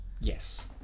Yes